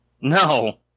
no